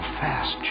fast